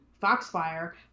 Foxfire